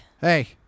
Hey